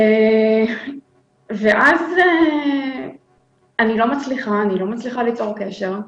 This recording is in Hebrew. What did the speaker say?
לא הצלחתי ליצור קשר.